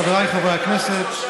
חבריי חברי הכנסת,